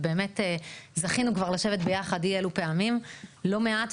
ובאמת זכינו כבר לשבת יחד אי אלו פעמים לא מעט,